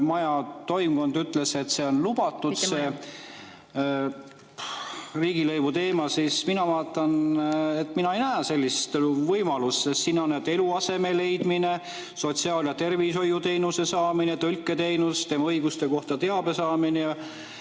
maja toimkond ütles, et see on lubatud, see riigilõivuteema, aga kui mina vaatan, siis mina ei näe sellist võimalust. Sest siin on, et eluaseme leidmine, sotsiaal‑ ja tervishoiuteenuse saamine, tõlketeenus, tema õiguste kohta teabe saamine ja